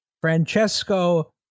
Francesco